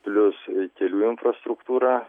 plius kelių infrastruktūra